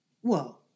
Whoa